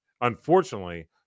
unfortunately